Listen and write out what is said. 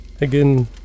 Again